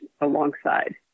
alongside